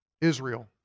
Israel